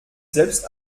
selbst